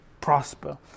prosper